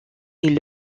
est